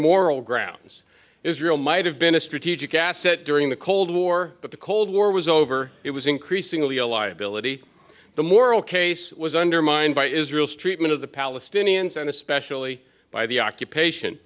moral grounds israel might have been a strategic asset during the cold war but the cold war was over it was increasingly a liability the moral case was undermined by israel's treatment of the palestinians and especially by the occupation